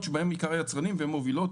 שבהן עיקר היצרנים, והן מובילות.